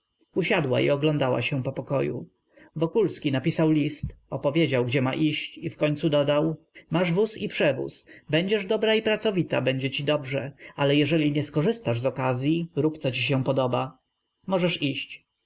usiadła i oglądała się po pokoju wokulski napisał list opowiedział gdzie ma iść i wkońcu dodał masz wóz i przewóz będziesz dobra i pracowita będzie ci dobrze ale jeżeli nie skorzystasz z okazyi rób co ci się podoba możesz iść